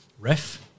ref